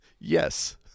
yes